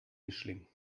mischling